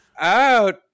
out